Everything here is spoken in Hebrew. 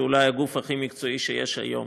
שהוא אולי הגוף הכי מקצועי שיש היום